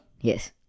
Yes